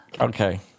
Okay